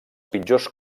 pitjors